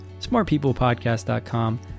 smartpeoplepodcast.com